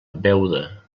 beuda